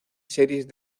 series